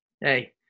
Hey